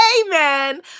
amen